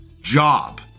job